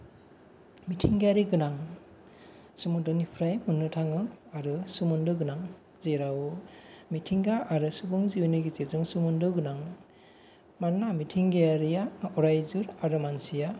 मिथिंगायारि गोनां सोमोन्दोनिफ्राय मोननो थाङो आरो सोमोन्दो गोनां जेराव मिथिंगा आरो सुबुं जिउनि गेजेरजों सोमोन्दो गोनां मानोना मिथिंगायारिया अरायजोर आरो मानसिया